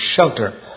shelter